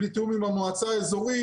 בלי תיאום עם המועצה האזורית,